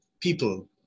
people